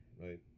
right